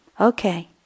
okay